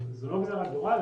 זאת לא גזירת גורל,